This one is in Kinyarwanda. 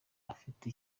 afite